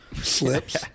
slips